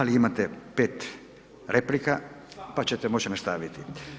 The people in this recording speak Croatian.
Ali imate pet replika, pa ćete moći nastaviti.